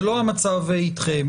זה לא המצב איתכם.